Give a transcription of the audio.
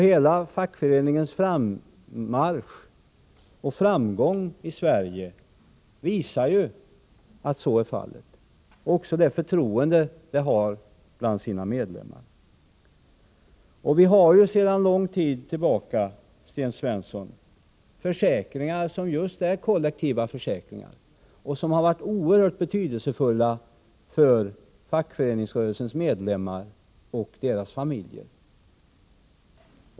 Hela fackföreningsrörelsens frammarsch och framgång i Sverige och det förtroende den har bland medlemmarna visar ju att så är fallet. Det finns sedan lång tid tillbaka, Sten Svensson, kollektiva försäkringar som har varit oerhört betydelsefulla för fackföreningsrörelsens medlemmar och deras familjer.